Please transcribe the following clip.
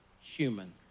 human